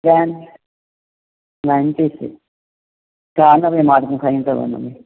ninety six छहानवे मार्कूं खंयू अथव हुनमें